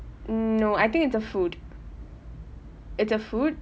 mm no I think it's the food it's a food